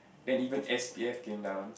then even s_p_f came down